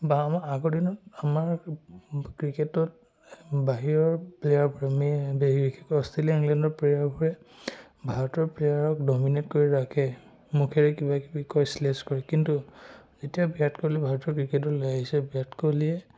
বা আমাৰ আগৰ দিনত আমাৰ ক্ৰিকেটত বাহিৰৰ প্লেয়াৰবোৰে মে বিশেষকৈ অষ্ট্ৰেলিয়া ইংলেণ্ডৰ প্লেয়াৰবোৰে ভাৰতৰ প্লেয়াৰক ডমিনেট কৰি ৰাখে মুখেৰে কিবাকিবি কয় চিলেক্স কৰে কিন্তু যেতিয়া বিৰাট কোহলি ভাৰতৰ ক্ৰিকেটলৈ আহিছে বিৰাট কোহলিয়ে